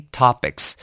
topics